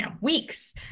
weeks